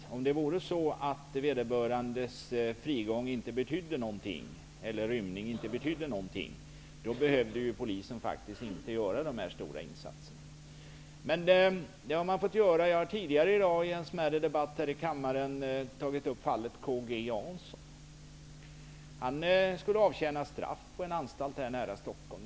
Om det vore så att vederbörandes rymning inte betydde någonting, behövde polisen faktiskt inte göra de här stora insatserna. Men det har man fått göra. Jag har tidigare i dag, i en mindre debatt i kammaren, tagit upp fallet K G Jansson. Han skulle avtjäna straff på en anstalt nära Stockholm.